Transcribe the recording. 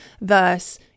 Thus